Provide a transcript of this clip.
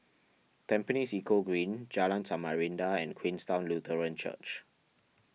Tampines Eco Green Jalan Samarinda and Queenstown Lutheran Church